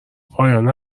پایان